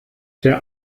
der